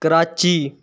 Karachi